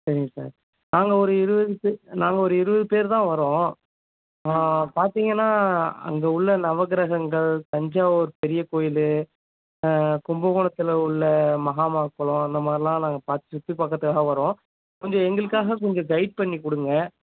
சரிங்க சார் நாங்கள் ஒரு இருபது பே நாங்கள் ஒரு இருபது பேர் தான் வரோம் பார்த்தீங்கன்னா அங்கே உள்ள நவகிரகங்கள் தஞ்சாவூர் பெரிய கோயில் கும்பகோணத்தில் உள்ள மஹாமகம் குளம் அந்த மாதிரிலாம் நாங்கள் பாத் சுற்றி பார்க்கறத்துக்காக வரோம் கொஞ்சம் எங்களுக்காக கொஞ்சம் கைட் பண்ணிக் கொடுங்க